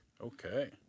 Okay